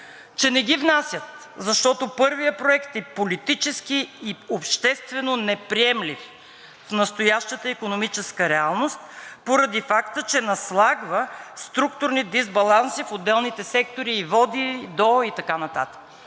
че не ги внасят, защото: „Първият проект е политически и обществено неприемлив в настоящата икономическа реалност, поради факта, че наслагва структурни дисбаланси в отделните сектори и води до…“ и така нататък.